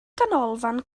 ganolfan